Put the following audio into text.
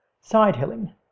side-hilling